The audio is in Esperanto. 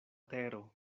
tero